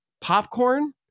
popcorn